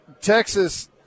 Texas